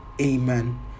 Amen